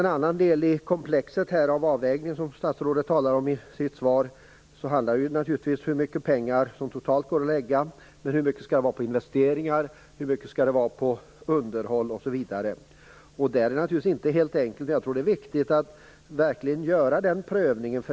En annan del i komplexet av avvägningar som statsrådet talar om i sitt svar handlar naturligtvis om hur mycket pengar som totalt går att lägga ut, hur mycket skall det vara på investeringar, hur mycket skall det vara på underhåll? Det är naturligtvis inte alldeles enkelt, men jag tror att det är viktigt att verkligen göra den prövningen.